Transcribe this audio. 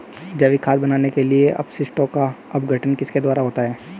जैविक खाद बनाने के लिए अपशिष्टों का अपघटन किसके द्वारा होता है?